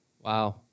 Wow